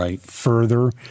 further